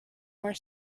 were